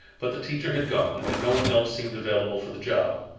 but the teacher had gone, and no one else seemed available for the job.